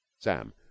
Sam